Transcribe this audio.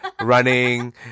running